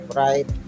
right